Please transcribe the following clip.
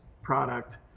product